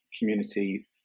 community